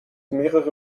mehrere